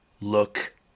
look